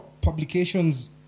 publications